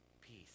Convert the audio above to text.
peace